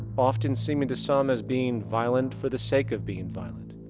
often seeming to some as being violent for the sake of being violent.